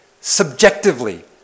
subjectively